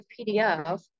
PDF